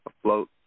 afloat